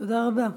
תודה רבה.